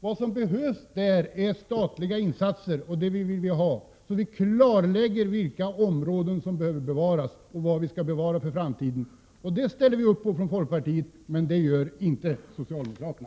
Vad som behövs är statliga insatser, och det vill vi ha, så att vi klarlägger vilka områden som skall bevaras för framtiden. Det ställer vi upp på från folkpartiet, men det gör inte socialdemokraterna.